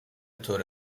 طور